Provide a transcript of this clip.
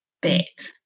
bit